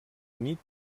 unit